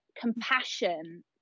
compassion